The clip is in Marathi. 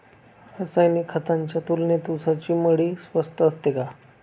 रासायनिक खतांच्या तुलनेत ऊसाची मळी स्वस्त असते का?